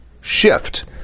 shift